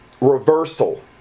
reversal